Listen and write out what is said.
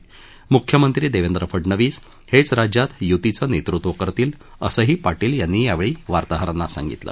म्ख्यमंत्री देवेंद्र फडणवीस हेच राज्यात य्तीचं नेतृत्व करतील असंही पाटील यांनी यावेळी पत्रकारांना सांगितलं